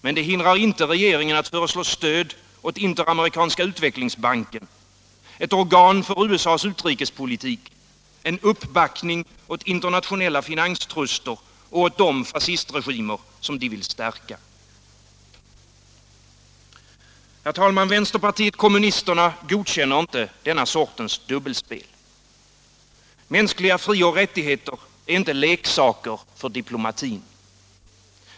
Men det hindrar inte regeringen att föreslå stöd åt Interamerikanska utvecklingsbanken, ett organ för USA:s utrikespolitik, en uppbackning åt internationella finanstruster och åt de fascistregimer de vill stärka. Herr talman! Vänsterpartiet kommunisterna godkänner inte detta slags dubbelspel. Mänskliga frioch rättigheter är inte leksaker för diplomatin.